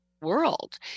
world